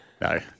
No